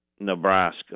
nebraska